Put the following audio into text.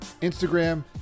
Instagram